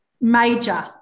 major